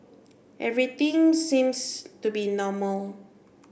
everything seems to be normal